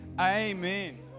Amen